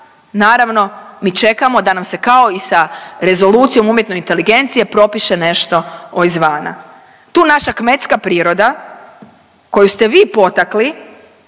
naravno mi čekamo da nam se kao i sa rezolucijom umjetne inteligencije propiše nešto izvana. Tu naša kmetska priroda koju ste vi potakli,